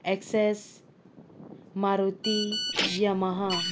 access Maruti Yamaha